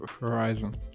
horizon